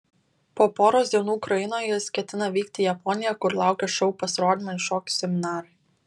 po poros dienų ukrainoje jis ketina vykti į japoniją kur laukia šou pasirodymai ir šokių seminarai